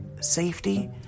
safety